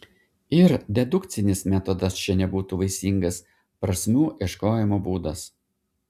ir dedukcinis metodas čia nebūtų vaisingas prasmių ieškojimo būdas